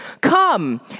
come